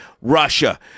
Russia